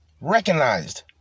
recognized